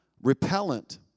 repellent